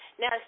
now